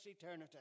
eternity